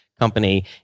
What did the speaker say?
company